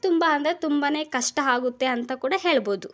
ತುಂಬ ಅಂದ್ರೆ ತುಂಬಾ ಕಷ್ಟ ಆಗುತ್ತೆ ಅಂತ ಕೂಡಾ ಹೇಳ್ಬೋದು